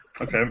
Okay